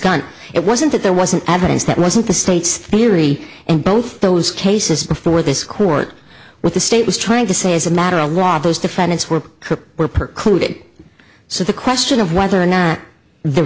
gun it wasn't that there wasn't evidence that wasn't the state's theory in both those cases before this court with the state was trying to say as a matter of law those defendants were were per clue so the question of whether or not the